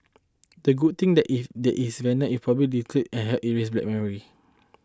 the good thing that if it is venom if properly diluted a help erase bad memories